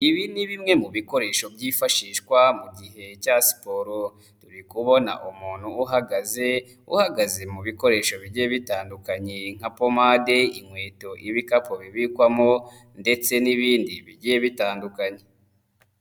Ibi ni bimwe mu bikoresho byifashishwa mu gihe cya siporo. Turi kubona umuntu uhagaze, uhagaze mu bikoresho bigiye bitandukanye nka pomade, inkweto, ibikapu bibikwamo ndetse n'ibindi bigiye bitandukanye.